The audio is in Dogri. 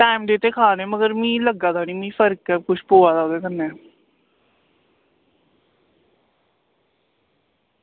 टाईम दी ते खानी पर मिगी लग्गा दा निं की फर्क ऐ कुछ पोआ दा ओह्दे कन्नै